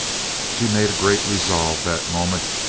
she made a great resolve, that moment,